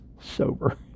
sober